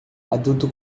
adulto